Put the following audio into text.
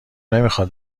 نمیخاد